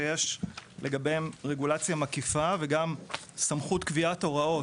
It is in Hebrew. שיש לגביהם רגולציה מקיפה; וגם את סמכות קביעת ההוראות,